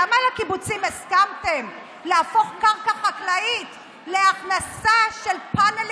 למה לקיבוצים הסכמתם להפוך קרקע חקלאית להכנסה של פאנלים